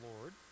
Lord